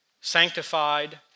sanctified